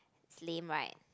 lame right